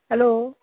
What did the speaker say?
hello